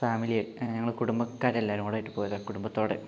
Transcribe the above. ഫാമിലിയായി ഞങ്ങള് കുടുംബക്കാര് എല്ലാവരും കൂടെ ആയിട്ട് പോയതാണ് കുടുംബത്തോടെ